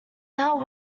now